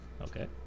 Okay